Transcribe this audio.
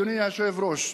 אדוני היושב-ראש,